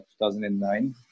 2009